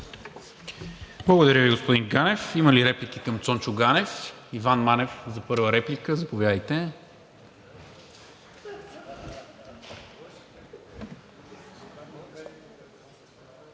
Благодаря Ви, господин Ганев. Има ли реплики към Цончо Ганев? Иван Манев за първа реплика – заповядайте.